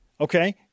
Okay